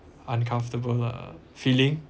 uncomfortable uh feeling